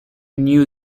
new